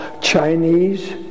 Chinese